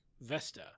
Vesta